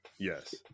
Yes